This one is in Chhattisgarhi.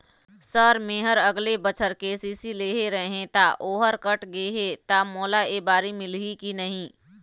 सर मेहर अगले बछर के.सी.सी लेहे रहें ता ओहर कट गे हे ता मोला एबारी मिलही की नहीं?